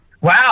Wow